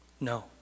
No